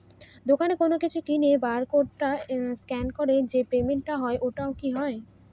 দোকানে কোনো কিছু কিনে বার কোড স্ক্যান করে যে পেমেন্ট টা হয় ওইটাও কি হয়?